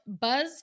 Buzz